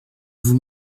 vous